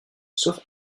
sauf